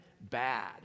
bad